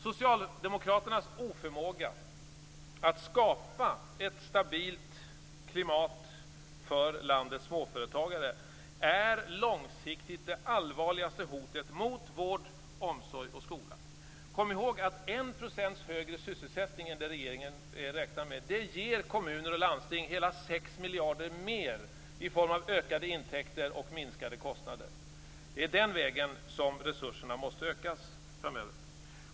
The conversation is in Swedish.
Socialdemokraternas oförmåga att skapa ett stabilt klimat för landets småföretagare är långsiktigt det allvarligaste hotet mot vård, omsorg och skola. Kom ihåg att 1 % högre sysselsättning än regeringen räknar med ger kommuner och landsting hela 6 miljarder mer i form av ökade intäkter och minskade kostnader. Det är den vägen som resurserna måste ökas framöver.